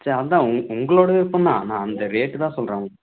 சரி அதான் உங்க உங்களோட விருப்பம் தான் நான் அந்த ரேட்டு தான் சொல்கிறேன்